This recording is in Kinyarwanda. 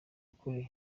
ukuri